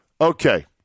Okay